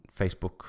Facebook